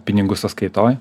pinigus sąskaitoj